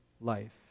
life